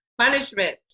Punishment